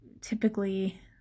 typically